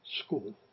school